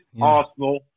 Arsenal